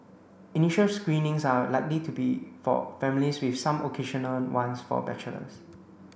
initial screenings are likely to be for families with some occasional ones for bachelors